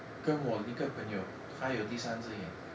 跟我一个朋友他有第三只眼